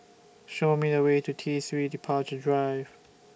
Show Me The Way to T three Departure Drive